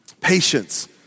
patience